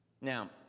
Now